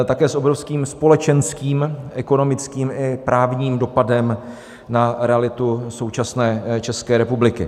Také s obrovským společenským, ekonomickým i právním, dopadem na realitu současné České republiky.